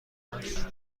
است